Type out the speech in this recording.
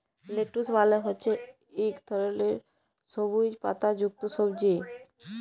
lettuce মালে হছে ইক ধরলের সবুইজ পাতা যুক্ত সবজি